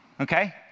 okay